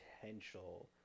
potential